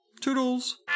Toodles